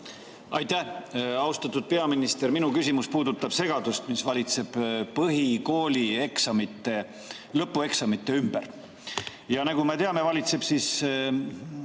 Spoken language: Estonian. Aitäh! Austatud peaminister! Minu küsimus puudutab segadust, mis valitseb põhikooli lõpueksamite ümber. Nagu me teame, valitseb eksami